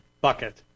bucket